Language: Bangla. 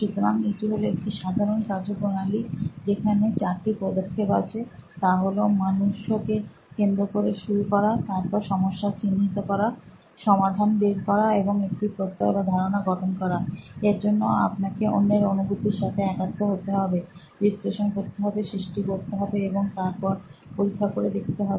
সুতরাং এটি হলো একটি সাধারন কার্যপ্রনালী যেখানে 4 টি পদক্ষেপ আছেতা হলো মানুষ্য কে কেন্দ্র করে শুরু করা তারপর সমস্যা চিহ্নিত করা সমাধান বের করা এবং একটি প্রত্যয় বা ধারণা গঠন করা এর জন্য আপনাকে অন্যের অনুভূতির সাথে একাত্ম হতে হবে বিশ্লেষণ করতে হবে সৃষ্টি করতে হবে এবং তারপর পরীক্ষা করে দেখতে হবে